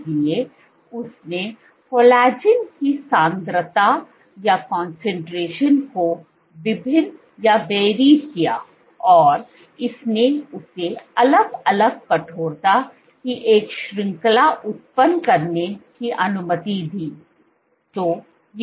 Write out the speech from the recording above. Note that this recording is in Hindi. इसलिए उसने कोलेजन की सांद्रता को विभिन्न किया और इसने उसे अलग अलग कठोरता की एक श्रृंखला उत्पन्न करने की अनुमति दी